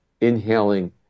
inhaling